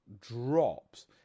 drops